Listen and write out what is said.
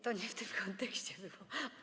To nie w tym kontekście było.